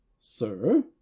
sir